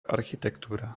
architektúra